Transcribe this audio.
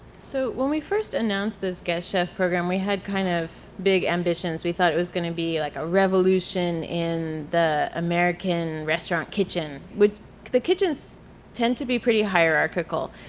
so when we first announced this guest chef program, we had kind of big ambitions. we thought it was gonna be like a revolution in the american restaurant kitchen, which the kitchens tend to be pretty hierarchical,